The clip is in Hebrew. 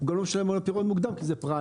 הוא גם לא משלם על פירעון מוקדם כי זה פריים.